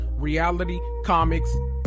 realitycomics